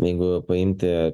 jeigu paimti